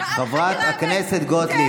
חברת הכנסת גוטליב,